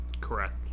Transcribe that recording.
Correct